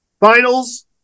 Finals